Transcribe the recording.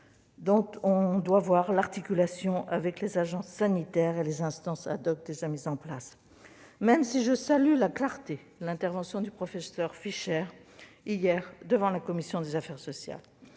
dont on saisit mal l'articulation avec les agences sanitaires et les instances déjà mises en place, même si je tiens à saluer la clarté de l'intervention du professeur Fischer, hier, devant la commission des affaires sociales.